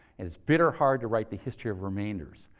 it's bitter hard to write the history of remainders.